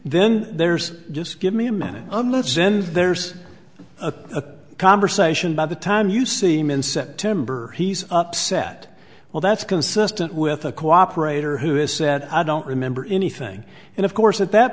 then there's just give me a minute unless zen's there's a conversation by the time you see him in september he's upset well that's consistent with a cooperator who has said i don't remember anything and of course at that